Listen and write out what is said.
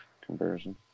comparison